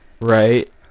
right